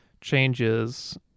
changes